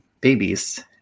babies